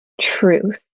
truth